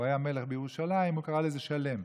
הוא היה מלך בירושלים, הוא קרא לזה שלם.